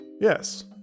Yes